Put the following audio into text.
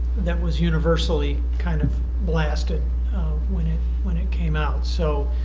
that was universally kind of blasted when it when it came out so